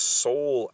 soul